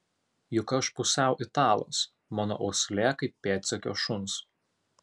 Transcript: juk aš pusiau italas mano uoslė kaip pėdsekio šuns